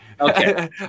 Okay